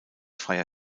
freier